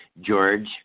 George